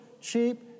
cheap